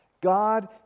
God